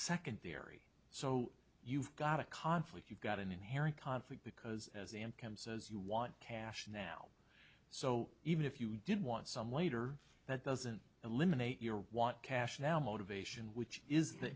secondary so you've got a conflict you've got an inherent conflict because as income says you want cash now so even if you did want some later that doesn't eliminate your want cash now motivation which is the